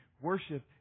Worship